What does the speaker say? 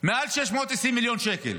מעל 620 מיליון שקל.